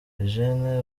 eugene